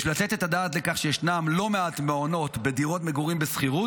יש לתת את הדעת על כך שיש לא מעט מעונות בדירות מגורים בשכירות,